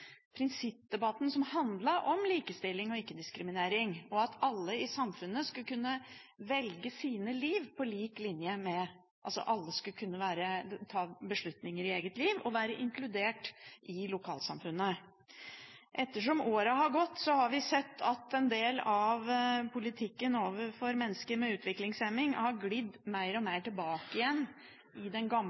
prinsippdebatten veldig viktig – prinsippdebatten som handlet om likestilling og ikke-diskriminering, og at alle i samfunnet skulle kunne ta beslutninger i eget liv og være inkludert i lokalsamfunnet. Etter som årene har gått, har vi sett at en del av politikken overfor mennesker med utviklingshemning har glidd mer og mer tilbake til den gamle